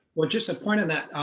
well just a point on that.